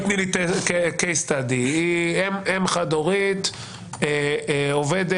תני לי case study: אם חד-הורית עובדת